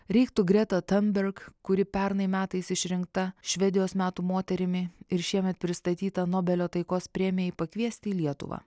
reiktų gretą tiunberg kuri pernai metais išrinkta švedijos metų moterimi ir šiemet pristatyta nobelio taikos premijai pakviesti į lietuvą